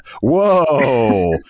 Whoa